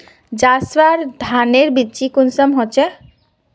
जसवा धानेर बिच्ची कुंसम होचए?